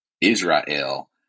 Israel